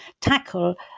tackle